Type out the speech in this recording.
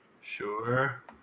Sure